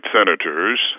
senators